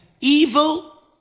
evil